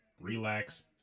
relax